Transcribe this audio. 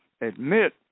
admit